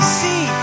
see